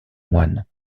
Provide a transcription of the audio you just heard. moines